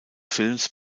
films